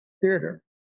theater